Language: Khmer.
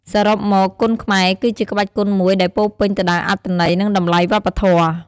សរុបមក គុនខ្មែរគឺជាក្បាច់គុនមួយដែលពោរពេញទៅដោយអត្ថន័យ និងតម្លៃវប្បធម៌។